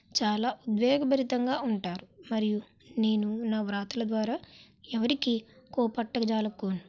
చాలా ఉద్వేగభరితంగా ఉంటారు మరియు నేను నా వ్రాతల ద్వారా ఎవరికి కోపట్ట జాలుకోన్